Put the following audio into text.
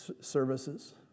services